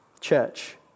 church